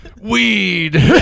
weed